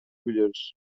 biliyoruz